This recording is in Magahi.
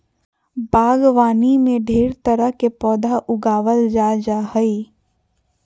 बागवानी में ढेर तरह के पौधा उगावल जा जा हइ